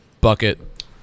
Bucket